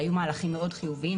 אלה היו מהלכים מאוד חיוביים,